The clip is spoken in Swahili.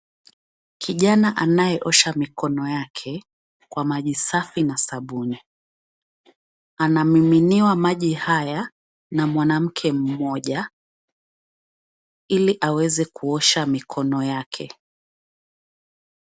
Kijana anayeosha mikono yake kwa maji safi na sabuni. Anamiminiwa maji haya na mwanamke mmoja ili aweze kuosha mikono yake.